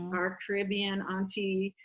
our caribbean auntie,